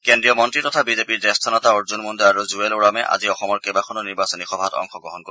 কেড্ৰীয় মন্ত্ৰী তথা বি জে পিৰ জ্যেষ্ঠ নেতা অৰ্জুন মুণ্ডা আৰু জুৱেল ওৰামে আজি অসমৰ কেইবাখনো নিৰ্বাচনী সভাত অংশগ্ৰহণ কৰিব